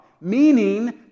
meaning